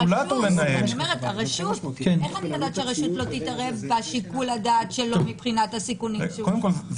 יודעת שהרשות לא תתערב בשיקול הדעת שלו לגבי הסיכונים?